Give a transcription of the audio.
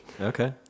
Okay